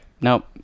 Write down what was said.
nope